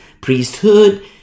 priesthood